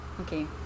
Okay